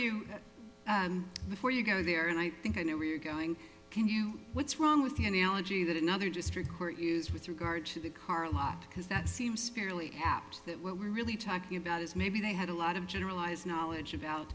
you before you go there and i think i know where you're going can you what's wrong with the analogy that another district court use with regard to the car lot because that seems fairly apt that what we're really talking about is maybe they had a lot of generalize knowledge about